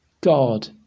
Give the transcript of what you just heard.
God